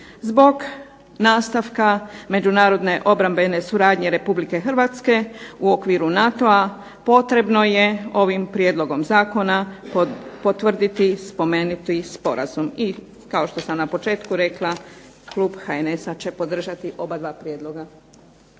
Zbog nastavka međunarodne obrambene suradnje Republike Hrvatske u okviru NATO-a potrebno je ovim Prijedlogom zakona potvrditi spomenuti sporazum. I kao što sam na početku rekla klub HNS-a će podržati oba dva prijedloga.